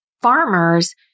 farmers